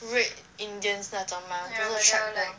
red indians 那种 mah 就是 trap ground